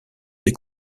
des